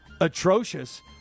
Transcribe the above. atrocious